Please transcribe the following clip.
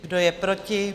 Kdo je proti?